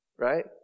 right